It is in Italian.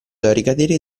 ricadere